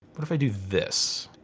what if i do this.